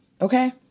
okay